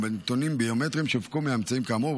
ובנתונים ביומטריים שיופקו מהאמצעים כאמור,